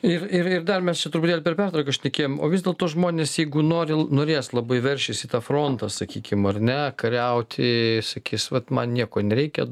ir ir ir dar mes čia truputėlį per pertrauką šnekėjom o vis dėlto žmonės jeigu nori norės labai veršis į tą frontą sakykim ar ne kariauti sakys vat man nieko nereikia